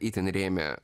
itin rėmė